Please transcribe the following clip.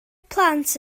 plant